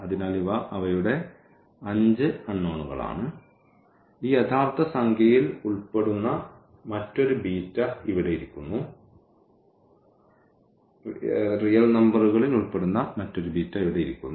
അതിനാൽ ഇവ അവയുടെ 5 അൺനോണുകളാണ് ഈ യഥാർത്ഥ സംഖ്യയിൽ ഉൾപ്പെടുന്ന മറ്റൊരു ബീറ്റ ഇവിടെ ഇരിക്കുന്നു